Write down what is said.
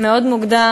מאוד מוקדם.